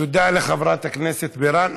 תודה לחברת הכנסת בירן,